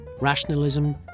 rationalism